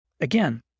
Again